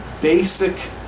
basic